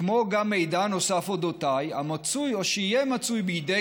כמו גם מידע נוסף אודותיי המצוי או שיהיה מצוי בידי